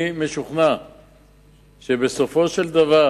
אני משוכנע שבסופו של דבר,